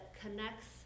connects